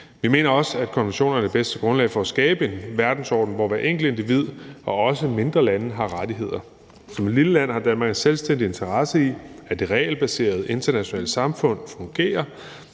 Vi mener også, at konventionerne er det bedste grundlag for at skabe en verdensorden, hvor hvert enkelte individ og også mindre lande har rettigheder. Som et lille land har Danmark en selvstændig interesse i, at det regelbaserede internationale samfund fungerer,